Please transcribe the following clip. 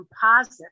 composite